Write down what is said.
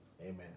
Amen